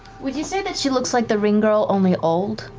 would you say that she looks like the ring girl, only old?